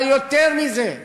אבל יותר מזה,